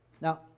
Now